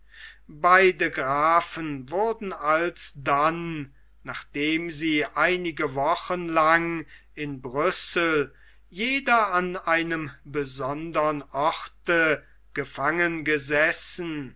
beide grafen wurden alsdann nachdem sie einige wochen lang in brüssel jeder an einem besondern orte gefangen gesessen